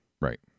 Right